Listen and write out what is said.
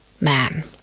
man